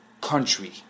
country